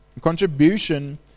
Contribution